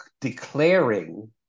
declaring